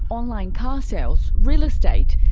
online car sales, real estate,